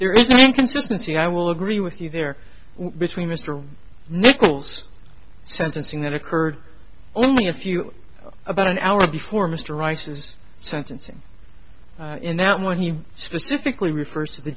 inconsistency i will agree with you there between mr nichols sentencing that occurred only a few about an hour before mr rice's sentencing in that one he specifically refers to the